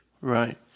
Right